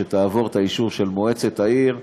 שתעבור את האישור של מועצת העיר.